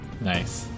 Nice